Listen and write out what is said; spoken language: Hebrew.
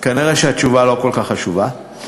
כנראה התשובה לא כל כך חשובה.